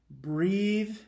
breathe